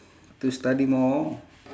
to study more